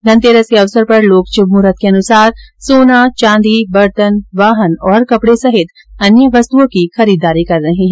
धनतेरस के अवसर पर लोग शुभ मुहूर्त के अनुसार सोना चांदी बर्तन वाहन और कपडे सहित अन्य वस्तुओं की खरीदारी कर रहे है